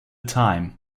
time